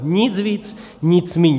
Nic víc, nic míň.